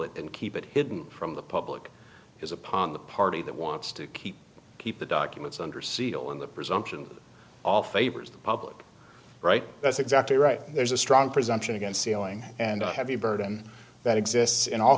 it and keep it hidden from the public is upon the party that wants to keep keep the documents under seal and the presumption all favors the public right that's exactly right there's a strong presumption against sealing and a heavy burden that exists in all